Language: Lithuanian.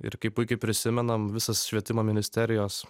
ir kaip puikiai prisimenam visas švietimo ministerijos